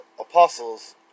apostles